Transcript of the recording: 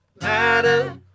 matter